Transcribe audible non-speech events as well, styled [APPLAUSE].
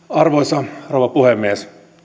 [UNINTELLIGIBLE] arvoisa rouva puhemies